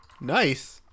Nice